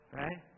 right